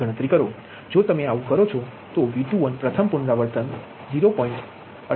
જો તમે આવું કરો છો V21 પ્રથમ પુનરાવર્તન 0